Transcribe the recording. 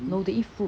no they eat fruit